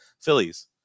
Phillies